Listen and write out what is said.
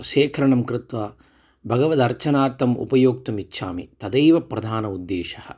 शेखरणं कृत्वा भगवद्दर्शनार्थम् उपयोक्तुम् इच्छामि तदैव प्रधानः उद्देशः